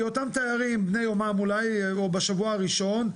בהיותם תיירים בני יומם או בשבוע הראשון,